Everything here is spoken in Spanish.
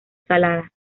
salada